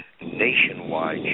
nationwide